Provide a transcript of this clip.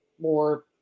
more